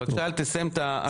בבקשה, אייל, תסיים את ההקראה.